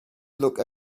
look